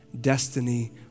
destiny